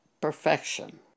perfection